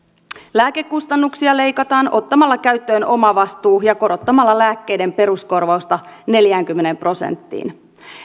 lääkekustannuksia leikataan ottamalla käyttöön omavastuu ja korottamalla lääkkeiden peruskorvausta neljäänkymmeneen prosenttiin